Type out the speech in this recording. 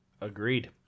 Agreed